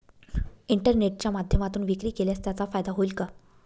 इंटरनेटच्या माध्यमातून विक्री केल्यास त्याचा फायदा होईल का?